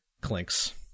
clinks